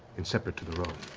and separate to their own,